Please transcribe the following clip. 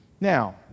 Now